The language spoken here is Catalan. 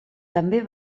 també